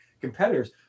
competitors